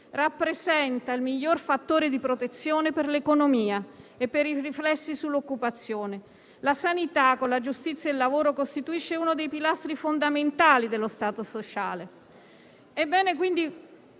rappresenta il migliore fattore di protezione per l'economia e per i riflessi sull'occupazione. La sanità, con la giustizia e il lavoro, costituisce uno dei pilastri fondamentali dello Stato sociale.